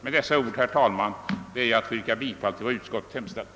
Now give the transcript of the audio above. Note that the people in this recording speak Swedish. Med dessa ord, herr talman, ber jag att få yrka bifall till utskottets hemställan.